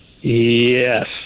Yes